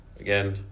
Again